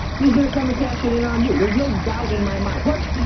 he's gonna come and cash it in on you. there's no doubt in my mind. plus,